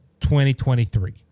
2023